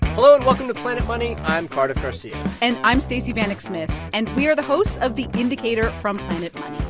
hello, and welcome to planet money. i'm cardiff garcia and i'm stacey vanek smith. and we are the hosts of the indicator from planet money.